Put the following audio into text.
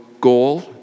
goal